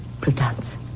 Prudence